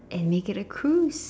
and make it a Cruise